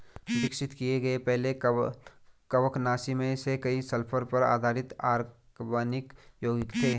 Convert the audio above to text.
विकसित किए गए पहले कवकनाशी में से कई सल्फर पर आधारित अकार्बनिक यौगिक थे